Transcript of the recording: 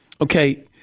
Okay